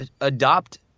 adopt